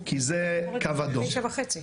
כי זה קו אדום.